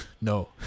no